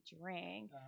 drink